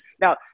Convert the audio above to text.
Now